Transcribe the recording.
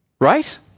Right